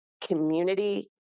community